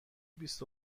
بیست